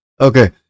Okay